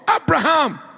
Abraham